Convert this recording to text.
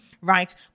right